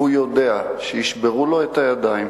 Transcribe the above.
והוא יודע שישברו לו את הידיים,